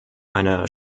einer